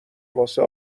واسه